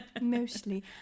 Mostly